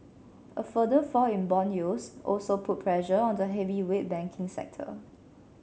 a further fall in bond yields also put pressure on the heavyweight banking sector